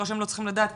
לא שהם לא צריכים לדעת,